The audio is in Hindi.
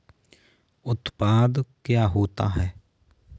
उत्पाद क्या होता है?